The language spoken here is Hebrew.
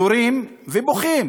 יורים ובוכים,